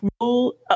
rule